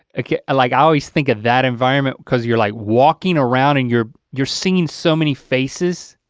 like yeah like i always think of that environment cause you're like walking around and you're you're seeing so many faces.